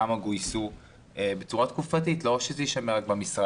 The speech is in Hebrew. כמה גויסו בצורה תקופתית ולא יישמר רק במשרד.